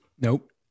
Nope